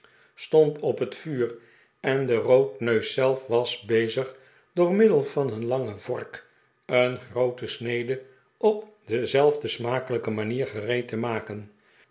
stond op het vuur en de roodneus zelf was bezig door middel van een lange vork een groote snede op dezelfde smakelijke manier gereed te maken